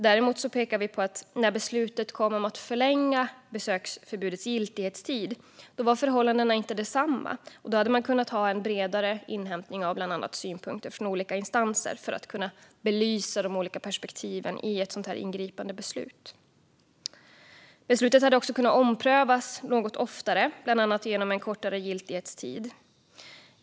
Däremot pekar vi på att när beslutet kom om att förlänga besöksförbudets giltighetstid var förhållandena inte längre desamma. Då hade man kunnat ha en bredare inhämtning av bland annat synpunkter från olika instanser för att kunna belysa de olika perspektiven i ett sådant här ingripande beslut. Beslutet hade också kunnat omprövas något oftare, bland annat genom en kortare giltighetstid.